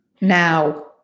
Now